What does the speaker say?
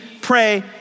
pray